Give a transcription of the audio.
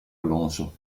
alonso